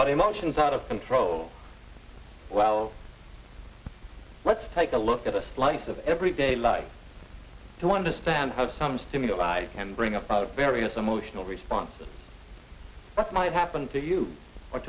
but emotions out of control well let's take a look at a slice of everyday life to understand how some stimuli can bring up various emotional responses what might happen to you or